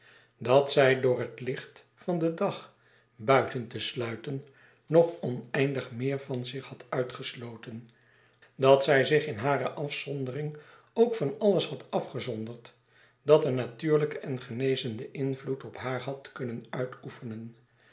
dat zij door het licht van den dag buiten te sluiten nog oneindig meer van zich had uitgesloten dat zy zich in hare afzondering ook van alles had afgezonderd dat een natuarlyken en genezenden invloed op haar had kunnen uitoefenen